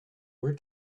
were